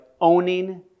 owning